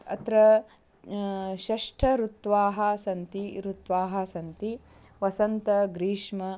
अत्र षष्ठ ऋतवः सन्ति ऋतवः सन्ति वसन्त ग्रीष्म